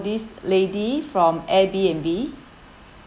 this lady from Airbnb